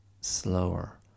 slower